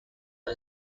are